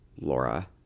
Laura